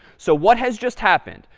so what has just happened?